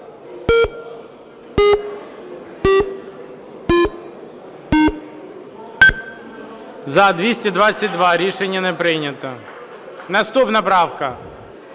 За-222 Рішення не прийнято. Наступна правка.